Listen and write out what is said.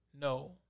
No